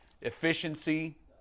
efficiency